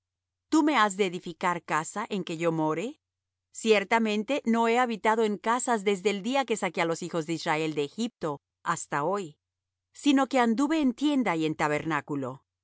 tú me has de edificar casa en que yo more ciertamente no he habitado en casas desde el día que saqué á los hijos de israel de egipto hasta hoy sino que anduve en tienda y en tabernáculo